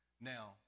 Now